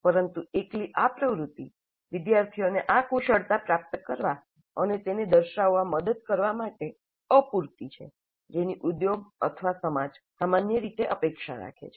પરંતુ એકલી આ પ્રવૃત્તિ વિદ્યાર્થીઓને આ કુશળતા પ્રાપ્ત કરવા અને તેને દર્શાવવામાં મદદ કરવા માટે અપૂરતી છે જેની ઉદ્યોગ અથવા સમાજ સામાન્ય રીતે અપેક્ષા રાખે છે